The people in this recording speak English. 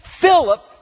Philip